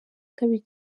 kabiri